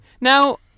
Now